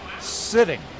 sitting